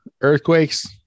earthquakes